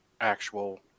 actual